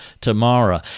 tomorrow